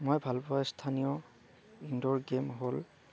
মই ভালপোৱা স্থানীয় ইনড'ৰ গেম হ'ল